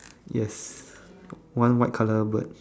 yes one white colour bird